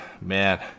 man